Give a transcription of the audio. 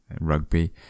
rugby